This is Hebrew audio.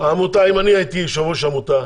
אם אני הייתי יושב ראש עמותה,